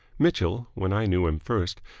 mitchell, when i knew him first,